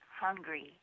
hungry